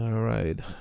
all right,